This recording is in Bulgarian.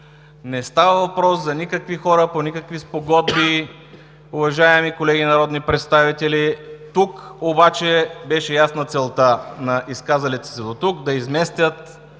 Не става въпрос за никакви хора, по никакви спогодби, уважаеми колеги народни представители! Тук обаче беше ясна целта на изказалите се дотук – да изместят